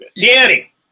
Danny